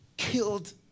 killed